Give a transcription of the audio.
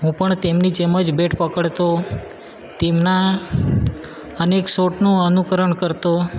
હું પણ તેમની જેમજ બેટ પકડતો તેમના અનેક શોટનું અનુકરણ કરતો